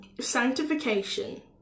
Sanctification